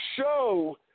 show